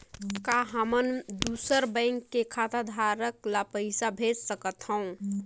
का हमन दूसर बैंक के खाताधरक ल पइसा भेज सकथ हों?